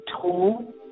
tall